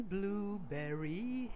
Blueberry